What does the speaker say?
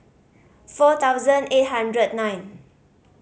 four thousand eight hundred nine